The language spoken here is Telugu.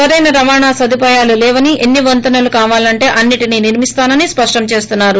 సరైన రవాణా సదుపాయాలు లేవని ఎన్స్ వంతెనలు కావాలంటే అన్సిట్నీ నిర్మిస్తానని స్పష్టం చేస్తున్నారు